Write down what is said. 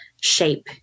shape